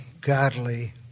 Godly